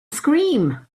scream